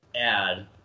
add